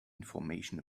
information